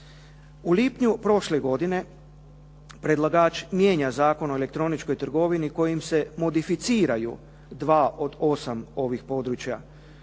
U lipnju prošle godine predlagač mijenja Zakon o elektroničkoj trgovini kojim se modificiraju dva od osam ovih područja.